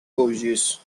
cautious